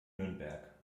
nürnberg